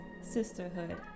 sisterhood